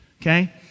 okay